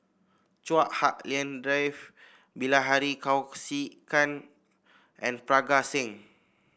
Chua Hak Lien Dave Bilahari Kausikan and Parga Singh